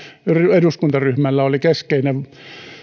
eduskuntaryhmällä oli keskeinen